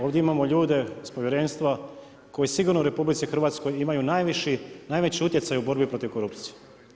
Ovdje imamo ljude iz povjerenstva koji sigurno u RH imaju najveći utjecaj u borbi protiv korupcije.